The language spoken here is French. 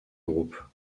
groupe